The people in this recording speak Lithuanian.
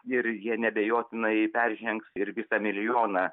ir jie neabejotinai peržengs ir visą milijoną